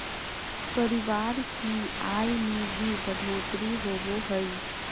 परिवार की आय में भी बढ़ोतरी होबो हइ